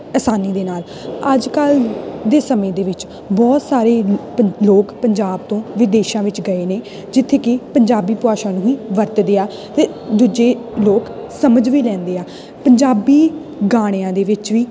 ਆਸਾਨੀ ਦੇ ਨਾਲ ਅੱਜ ਕੱਲ੍ਹ ਦੇ ਸਮੇਂ ਦੇ ਵਿੱਚ ਬਹੁਤ ਸਾਰੇ ਪ ਲੋਕ ਪੰਜਾਬ ਤੋਂ ਵਿਦੇਸ਼ਾਂ ਵਿੱਚ ਗਏ ਨੇ ਜਿੱਥੇ ਕਿ ਪੰਜਾਬੀ ਭਾਸ਼ਾ ਨੂੰ ਹੀ ਵਰਤਦੇ ਆ ਅਤੇ ਦੂਜੇ ਲੋਕ ਸਮਝ ਵੀ ਲੈਂਦੇ ਆ ਪੰਜਾਬੀ ਗਾਣਿਆਂ ਦੇ ਵਿੱਚ ਵੀ